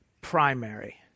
primary